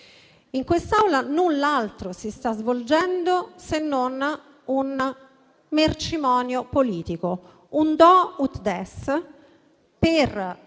In quest'Aula null'altro si sta svolgendo se non un mercimonio politico, un *do ut des* per